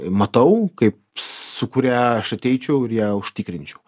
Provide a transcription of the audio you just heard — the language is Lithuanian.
matau kaip su kuria aš ateičiau ir ją užtikrinčiau